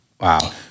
Wow